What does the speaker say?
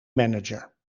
manager